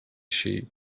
sheep